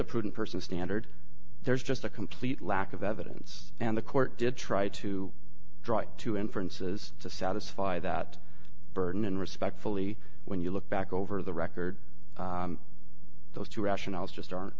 a prudent person standard there's just a complete lack of evidence and the court did try to draw it to inferences to satisfy that burden and respectfully when you look back over the record those two rationales just aren't